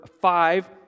five